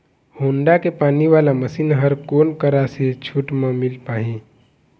Honda के पानी वाला मशीन हर कोन करा से छूट म मिल पाही?